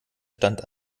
stand